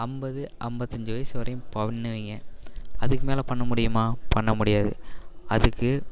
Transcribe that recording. ஐம்பது ஐம்பத்தஞ்சு வயது வரைக்கும் பண்ணுவீங்க அதுக்கு மேலே பண்ண முடியுமா பண்ண முடியாது அதுக்கு